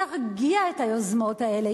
תרגיע את היוזמות האלה,